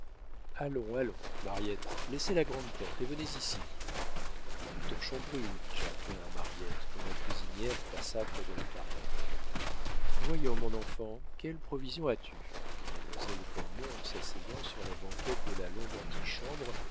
allons allons mariette laissez la grande porte et venez ici le torchon brûle dit jacquelin à mariette quand la cuisinière passa près de la carriole voyons mon enfant quelles provisions as-tu dit mademoiselle cormon en s'asseyant sur la banquette de la longue antichambre